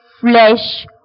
flesh